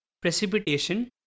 precipitation